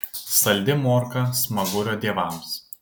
saldi morka smagurio dievams